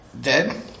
dead